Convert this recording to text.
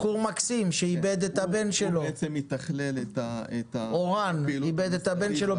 בחור מקסים שאיבד את בנו רן בתאונה